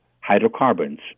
hydrocarbons